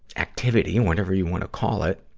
activity whatever you wanna call it